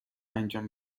انجام